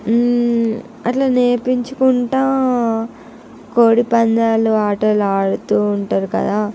అట్లా నేర్పించుకుంటూ కోడిపందాలు ఆటలు ఆడుతూ ఉంటారు కదా